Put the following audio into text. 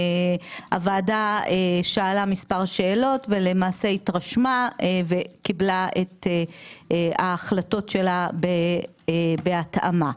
הוועדה שאלה מספר שאלות והתרשמה וקיבלה את ההחלטות שלה בהתאמה.